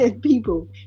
people